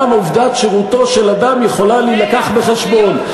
גם עובדת שירותו של אדם יכולה להיות מובאת בחשבון,